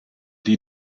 die